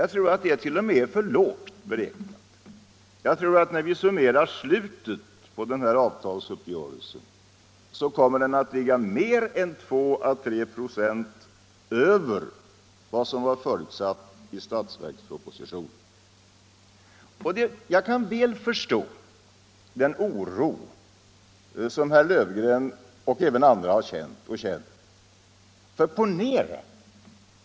Jag tror att det t.o.m. är för lågt beräknat och att det slutliga resultatet kommer att ligga ännu ett par procent högre. Jag kan mycket väl förstå den oro som herr Löfgren och även andra har känt och känner.